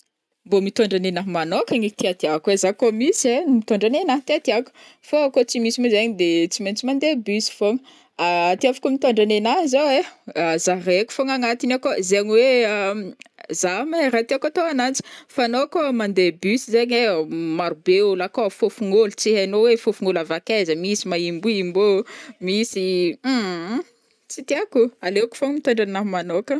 Mbô mitôndra nenaha magnokana e tiatiako ai, za kô misy ai mitôndra nenaha tiatiako, fô kô tsy misy mo zegny de tsy maintsy mande bus fogna, tiaviko mitôndra nenaha zao ai, za raiky fogna agnatiny akao zegny oe za mahay ra tiako atô ananjy, fa anô koa mande bus zegny ai, maro be ôlo akao fôfognôlo tsy ainao oe fôfognôlo avy akaiza misy maimboimbo ô misy tsy tiako, aleoko fogna mitôndra anaha magnokagna.